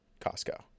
costco